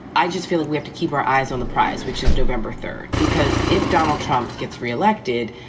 i just feel like we have to keep our eyes on the prize, which is november third, because if donald trump gets re-elected,